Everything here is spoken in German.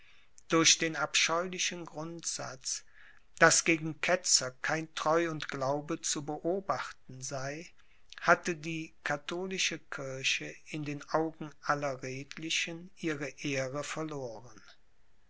durch den abscheulichen grundsatz daß gegen ketzer kein treu und glaube zu beobachten sei hatte die katholische kirche in den augen aller redlichen ihre ehre verloren